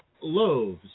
loaves